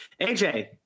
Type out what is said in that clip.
AJ